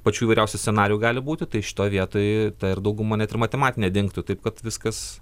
pačių įvairiausių scenarijų gali būti tai šitoj vietoj ta ir dauguma net ir matematinė dingtų taip kad viskas